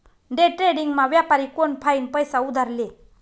डेट्रेडिंगमा व्यापारी कोनफाईन पैसा उधार ले